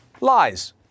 lies